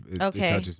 Okay